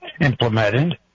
implemented